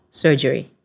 surgery